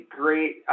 great